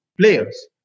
players